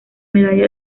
medalla